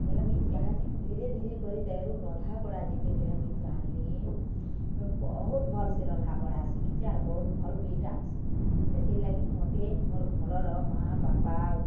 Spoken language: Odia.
ବୋଇଲେ ମୁଇଁ ଇହାଚିନ୍ ଧୀରେଧୀରେ କରି ତେରୁ ରନ୍ଧାବଢ଼ା ଯେତେବେଲେ ମୁଇଁ ଜାନ୍ଲି ମୁଇଁ ବହୁତ୍ ଭଲ୍ସେ ରନ୍ଧାବଢ଼ା ଶିଖିଚେ ଆରୁ ବହୁତ୍ ଭଲ୍ ବି ରାନ୍ଧ୍ସି ସେଥିର୍ ଲାଗି ମତେ ମୋର୍ ଘରର ମା ବାପା